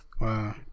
Wow